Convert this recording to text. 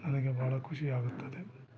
ನನಗೆ ಭಾಳ ಖುಷಿ ಆಗುತ್ತದೆ